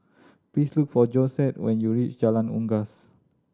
please look for Josette when you reach Jalan Unggas